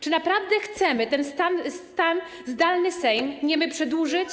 Czy naprawdę chcemy ten stan, zdalny Sejm niemy przedłużyć.